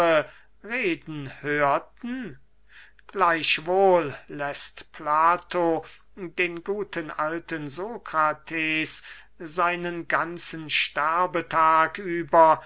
reden hörten gleichwohl läßt plato den guten alten sokrates seinen ganzen sterbetag über